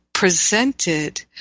presented